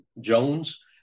Jones